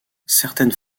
certaines